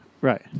Right